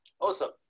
Awesome